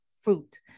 fruit